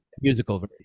musical